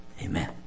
amen